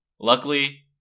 luckily